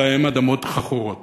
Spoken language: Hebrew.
אלא הן אדמות חכורות.